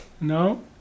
No